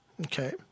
Okay